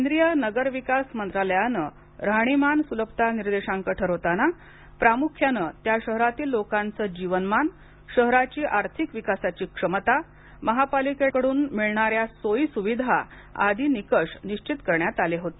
केंद्रीय नगर विकास मंत्रालयानं राहणीमान सुलभता निर्देशांक ठरवताना प्रामुख्यानं त्या शहरातील लोकांच जीवनमान शहराची आर्थिक विकासाची क्षमता महापालिकेकडून मिळणाऱ्या सोयी सुविधा आदी निकष निश्वित करण्यात आले होते